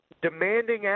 Demanding